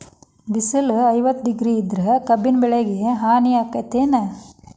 ಬಿಸಿಲ ಐವತ್ತ ಡಿಗ್ರಿ ಇದ್ರ ಕಬ್ಬಿನ ಬೆಳಿಗೆ ಹಾನಿ ಆಕೆತ್ತಿ ಏನ್?